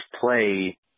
play